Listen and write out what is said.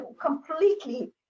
completely